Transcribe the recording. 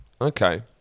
Okay